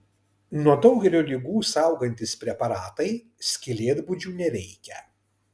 nuo daugelio ligų saugantys preparatai skylėtbudžių neveikia